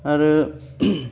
आरो